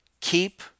keep